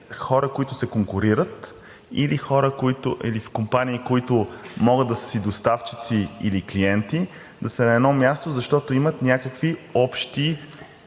хора, които се конкурират или в компании, които могат да са си доставчици или клиенти, да са на едно място, защото имат някакви общи